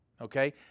Okay